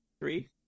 three